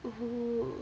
mm